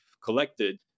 collected